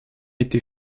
été